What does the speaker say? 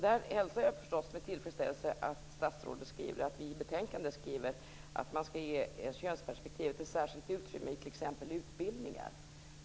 Där hälsar jag förstås med tillfredsställelse att statsrådet pekar på att vi skriver i betänkandet att könsperspektivet skall ges ett särskilt utrymme i t.ex. utbildningar.